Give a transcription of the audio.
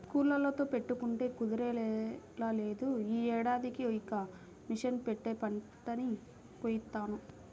కూలోళ్ళతో పెట్టుకుంటే కుదిరేలా లేదు, యీ ఏడాదికి ఇక మిషన్ పెట్టే పంటని కోయిత్తాను